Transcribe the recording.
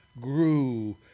grew